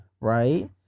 right